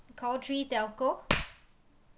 call three telco